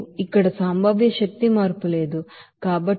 ఇక్కడ potential energy change లేదు